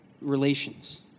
relations